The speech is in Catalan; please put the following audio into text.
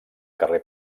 carrer